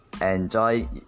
enjoy